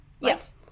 Yes